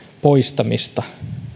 poistamista